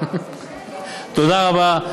תודה רבה.